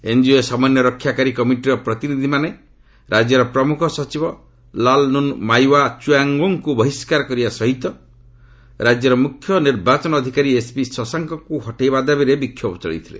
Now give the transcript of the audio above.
NGO ସମନ୍ୟ ରକ୍ଷାକାରୀ କମିଟିର ପ୍ରତିନିଧିମାନେ ରାଜ୍ୟର ପ୍ରମୁଖ ସଚିବ ଲାଲ୍ନୁନ୍ମାଓ୍ବିଆ ଚୁଆଉଙ୍ଗୋଙ୍କୁ ବହିଷ୍କାର କରିବା ସହିତ ରାଜ୍ୟର ମୁଖ୍ୟ ନିର୍ବାଚନ ଅଧିକାରୀ ଏସ୍ବି ଶଶାଙ୍କଙ୍କୁ ହଟେଇବା ଦାବିରେ ବିକ୍ଷୋଭ ଚଳେଇଥିଲେ